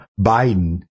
Biden